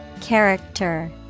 Character